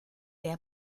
der